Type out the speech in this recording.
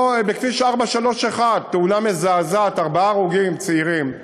בכביש 431, תאונה מזעזעת, ארבעה צעירים הרוגים.